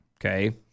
Okay